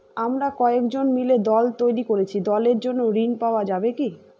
আমরা কয়েকজন মিলে দল তৈরি করেছি দলের জন্য ঋণ পাওয়া যাবে কি?